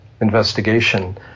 investigation